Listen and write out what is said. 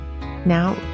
Now